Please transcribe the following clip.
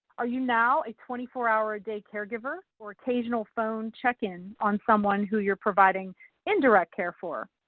are you know a twenty four hour a day caregiver or occasional phone check-in on someone who you're providing indirect care for?